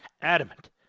adamant